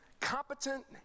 Competent